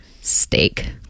Steak